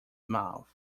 mouth